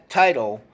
title